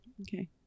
okay